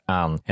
aan